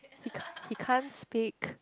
it ca~ it's can't speak